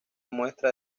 muestra